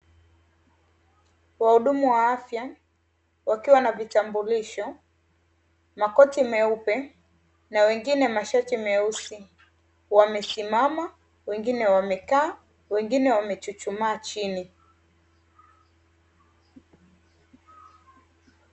Wahudumu wa afya wakiwa na vitambulisho, makoti meupe na wengine mashati meusi wamesimama, wengine wamekaa, wengine wamechuchumaa chini.